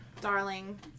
darling